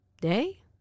Day